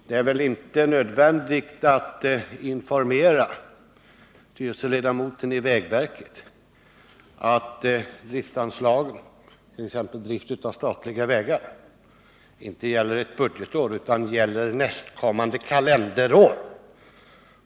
Det är väl inte nödvändigt att informera en styrelseledamot i vägverket om att driftsanslagen, t.ex. anslaget för drift av statliga vägar, inte gäller ett budgetår utan gäller nästkommande kalenderår.